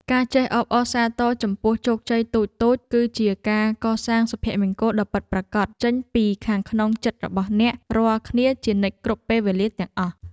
ការចេះអបអរសាទរចំពោះជោគជ័យតូចៗគឺជាការកសាងសុភមង្គលដ៏ពិតប្រាកដចេញពីខាងក្នុងចិត្តរបស់អ្នករាល់គ្នាជានិច្ចគ្រប់ពេលវេលាទាំងអស់។